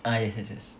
ah yes yes yes